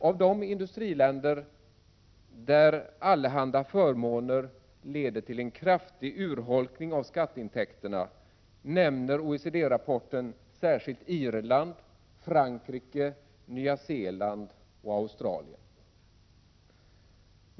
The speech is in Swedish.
Av de industriländer där allehanda förmåner leder till en kraftig urholkning av skatteintäkterna nämns i OECD-rapporten särskilt Irland, Frankrike, Nya Zeeland och Australien.